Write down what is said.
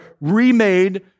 remade